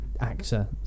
actor